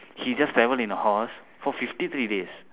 he just travel in a horse for fifty three days